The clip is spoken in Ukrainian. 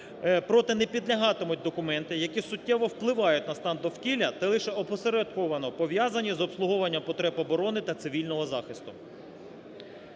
проте не підлягатимуть документи, які суттєво впливають на стан довкілля та лише опосередковано пов'язані з обслуговуванням потреб оборони та цивільного захисту.